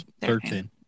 Thirteen